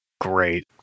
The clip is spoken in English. Great